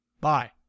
Bye